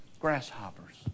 grasshoppers